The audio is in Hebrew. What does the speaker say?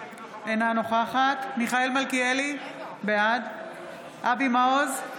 אינה נוכחת מיכאל מלכיאלי, בעד אבי מעוז,